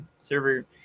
Server